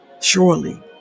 surely